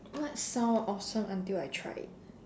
what sound awesome until I try it